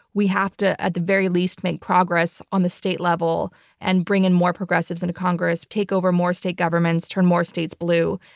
we have to at the very least make progress on the state level and bring in more progressive into congress, take over more state governments, turn more states blue.